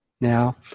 Now